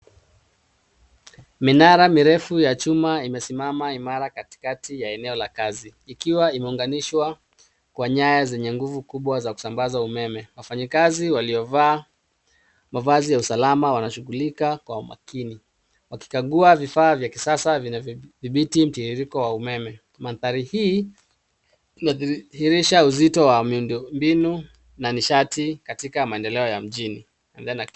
Minara mirefu ya chuma imesimama imara katikati ya eneo la kazi ikiwa imeunganishwa kwa nyaya zenye nguvu kubwa za kusambaza umeme. Wafanyakazi waliovaa mavazi ya usalama wanashughulika kwa umaakini wakikagua vifaa vya kisasa vyenye vidhibiti mtiririko wa umeme. Mandhari hii inadhirisha uzito wa miundombinu na nishati katika maendeleo ya mjini.